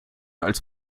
als